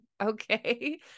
Okay